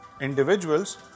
individuals